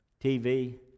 TV